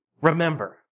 remember